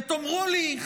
ותאמרו לי,